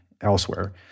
elsewhere